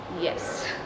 Yes